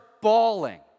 bawling